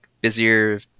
busier